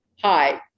Hi